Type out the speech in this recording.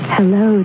Hello